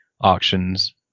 auctions